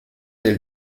del